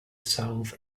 south